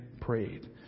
prayed